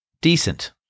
decent